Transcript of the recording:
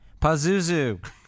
Pazuzu